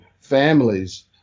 families